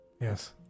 yes